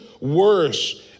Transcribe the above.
worse